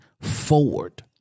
forward